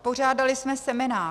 Pořádali jsme seminář.